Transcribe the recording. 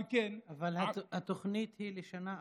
על כן, אבל התוכנית היא לשנה אחת?